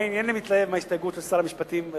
אני אינני מתלהב מההסתייגות של שר המשפטים.